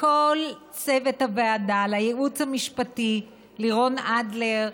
לכל צוות הוועדה: לייעוץ המשפטי, לירון אדלר,